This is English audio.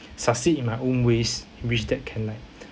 succeed in my own ways which that can like